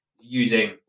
using